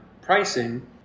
pricing